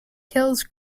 kills